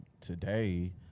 today